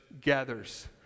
gathers